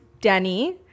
Danny